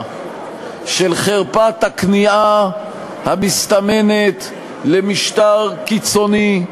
של חרפת הכניעה המסתמנת למשטר קיצוני,